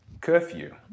curfew